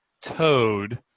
toad